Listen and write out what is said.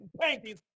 paintings